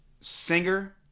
Singer